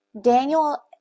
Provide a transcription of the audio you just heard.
Daniel